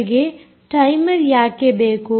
ನಿಮಗೆ ಟೈಮರ್ ಯಾಕೆ ಬೇಕು